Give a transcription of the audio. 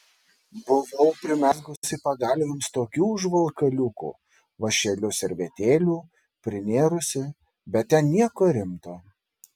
buvau primezgusi pagalvėms tokių užvalkaliukų vąšeliu servetėlių prinėrusi bet ten nieko rimto